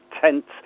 tents